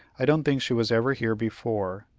i don't think she was ever here before.